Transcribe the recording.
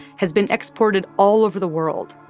has been exported all over the world.